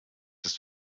ist